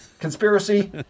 Conspiracy